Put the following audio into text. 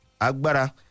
Agbara